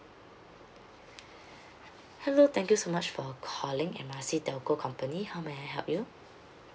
hello thank you so much for calling M R C telco company how may I help you